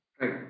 Right